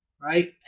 Right